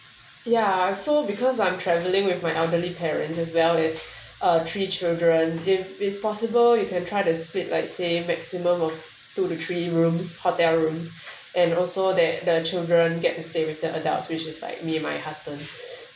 ya so because I'm travelling with my elderly parents as well as uh three children if it's possible you can try to split like say maximum of two to three rooms hotel room and also that the children get to stay with the adults which is like me and my husband